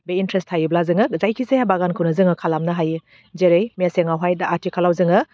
बे इन्ट्रेस थायोब्ला जोङो जायखि जाया बागानखौनो जोङो खालामनो हायो जेरै मेसेंआवहाय दा आथिखालाव जोङो